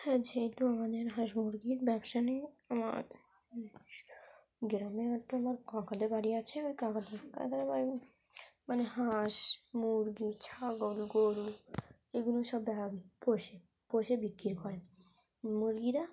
হ্যাঁ যেহেতু আমাদের হাঁস মুরগির ব্যবসা নেই আমার গ্রামে একটা আমার কাকাদের বাড়ি আছে ওই কাকাদের কাকাদের বাড়ি মানে হাঁস মুরগি ছাগল গরু এগুলো সব ব্যা পোষে পোষে বিক্রি করে মুরগিরা